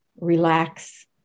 relax